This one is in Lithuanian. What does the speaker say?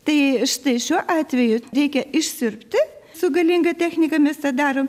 tai štai šiuo atveju reikia išsiurbti su galinga technika mes tą darom